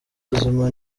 ubuzima